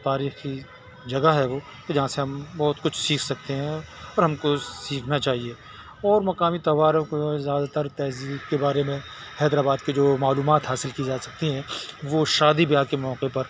تاریخی جگہ ہے وہ تو جہاں سے ہم بہت کچھ سیکھ سکتے ہیں اور ہم کو سیکھنا چاہیے اور مقامی تواریخ زیادہ تر تہذیب کے بارے میں حیدرآباد کے جو معلومات حاصل کی جا سكتی ہیں وہ شادی بیاہ کے موقع پر